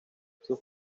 sus